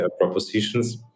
propositions